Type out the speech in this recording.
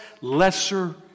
lesser